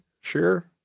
sure